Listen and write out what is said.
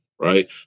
Right